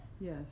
Yes